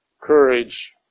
courage